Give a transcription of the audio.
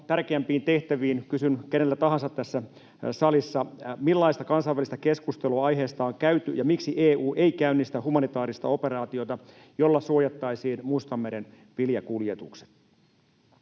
tärkeämpiin tehtäviin kysyn keneltä tahansa tässä salissa: millaista kansainvälistä keskustelua aiheesta on käyty, ja miksi EU ei käynnistä humanitaarista operaatiota, jolla suojattaisiin Mustanmeren viljakuljetukset